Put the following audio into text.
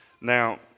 Now